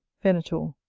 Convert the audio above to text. venator.